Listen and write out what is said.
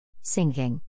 Sinking